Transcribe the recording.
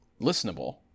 listenable